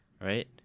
right